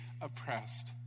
oppressed